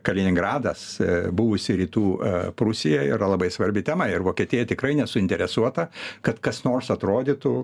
kaliningradas buvusi rytų prūsija yra labai svarbi tema ir vokietija tikrai nesuinteresuota kad kas nors atrodytų